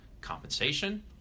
compensation